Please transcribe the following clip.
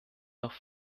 noch